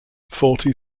forty